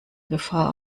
gefahr